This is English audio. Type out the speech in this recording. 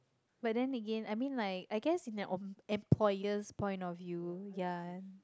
but then again I mean like I guess in an em~ employer's point of view ya